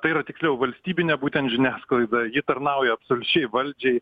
tai yra tiksliau valstybinė būtent žiniasklaida ji tarnauja absoliučiai valdžiai